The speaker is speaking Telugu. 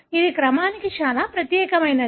ఇది క్రమానికి చాలా ప్రత్యేకమైనది